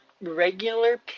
regular